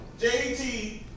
JT